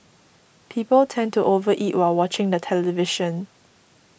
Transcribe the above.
people tend to over eat while watching the television